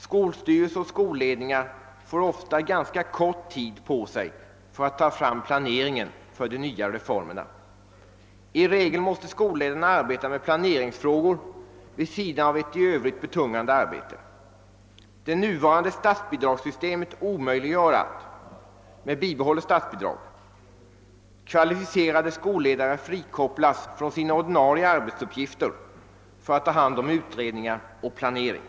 Skolstyrelserna och skolledningarna får ofta ganska kort tid på sig för att göra planeringen för de nya reformerna. I regel måste skolledarna arbeta med planeringsfrågor vid sidan av ett i övrigt betungande arbete. Med bibehållet statsbidrag omöjliggör det nuvarande statsbidragssystemet att kvalificerade skolledare frikopplas från sina ordinarie arbetsuppgifter för att ta hand om utredningar och planering.